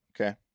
Okay